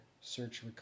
search